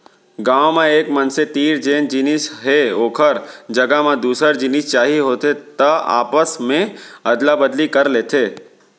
गाँव म एक मनसे तीर जेन जिनिस हे ओखर जघा म दूसर जिनिस चाही होथे त आपस मे अदला बदली कर लेथे